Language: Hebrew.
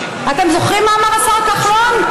אתם זוכרים מה אמר השר כחלון?